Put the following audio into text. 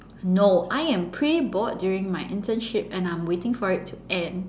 no I am pretty bored during my internship and I'm waiting for it to end